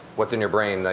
what's in your brain, like